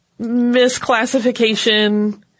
misclassification